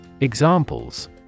Examples